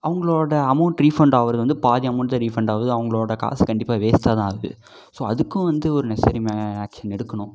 அவங்களோட amount refund ஆகிறது வந்து பாதி அமவுண்ட்தான் ரீஃபண்ட் ஆகுது அவங்களோட காசு கண்டிப்பாக வேஸ்ட்டாக தான் ஆகுது ஸோ அதுக்கும் வந்து ஒரு நெசசரி ஆக்ஷன் எடுக்கணும்